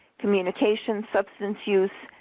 communication substance use,